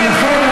ולכן,